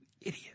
idiot